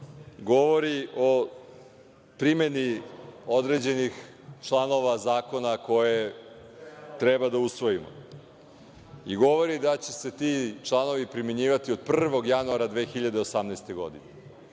govori o primeni određenih članova zakona koje treba da usvojimo i govori da će se ti članovi primenjivati od 1. januara 2018. godine.